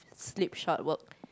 slip shot work